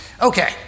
Okay